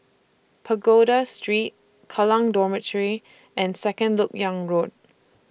Pagoda Street Kallang Dormitory and Second Lok Yang Road